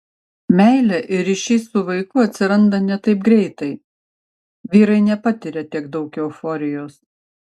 meilė ir ryšys su vaiku atsiranda ne taip greitai vyrai nepatiria tiek daug euforijos